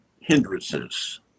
hindrances